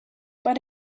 but